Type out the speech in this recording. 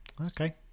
Okay